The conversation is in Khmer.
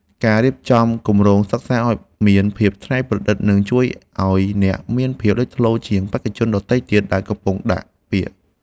ការរៀបចំគម្រោងសិក្សាឱ្យមានភាពច្នៃប្រឌិតនឹងជួយឱ្យអ្នកមានភាពលេចធ្លោជាងបេក្ខជនដទៃទៀតដែលដាក់ពាក្យ។